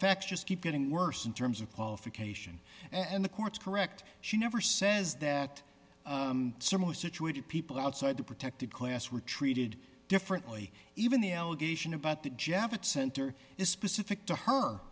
facts just keep getting worse in terms of qualification and the courts correct she never says that similar situated people outside the protected class were treated differently even the allegation about the javits center is specific to her